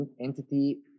entity